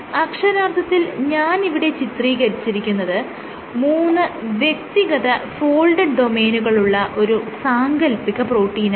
അക്ഷരാർത്ഥത്തിൽ ഞാനിവിടെ ചിത്രീകരിച്ചിരിക്കുന്നത് മൂന്ന് വ്യക്തിഗത ഫോൾഡഡ് ഡൊമെയ്നുകളുള്ള ഒരു സാങ്കൽപ്പിക പ്രോട്ടീനാണ്